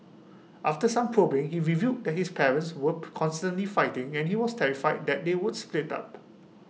after some probing he revealed that his parents were constantly fighting and he was terrified that they would split up